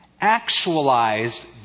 actualized